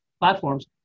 platforms